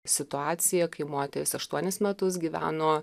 situaciją kai moteris aštuonis metus gyveno